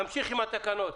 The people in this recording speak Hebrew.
נמשיך עם התקנות.